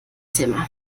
thema